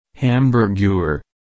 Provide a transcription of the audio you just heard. Hamburger